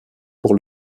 pour